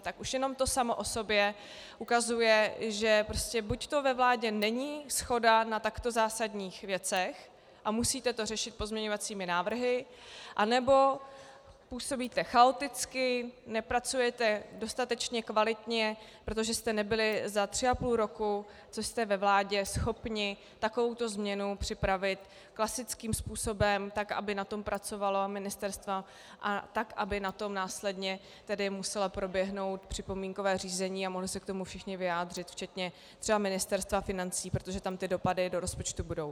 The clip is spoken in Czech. Tak už jenom to samo o sobě ukazuje, že buď ve vládě není shoda na takto zásadních věcech a musíte to řešit pozměňovacími návrhy, anebo působíte chaoticky, nepracujete dostatečně kvalitně, protože jste nebyli za tři a půl roku, co jste ve vládě, schopni takovouto změnu připravit klasickým způsobem tak, aby na tom pracovala ministerstva, a tak, aby na to následně muselo proběhnout připomínkové řízení a mohli se k tomu všichni vyjádřit, včetně třeba Ministerstva financí, protože tam ty dopady do rozpočtu budou.